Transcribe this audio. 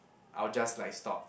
I'll just like stop